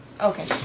Okay